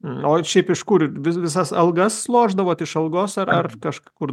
o šiaip iš kur vis visas algas lošdavot iš algos ar ar kažkur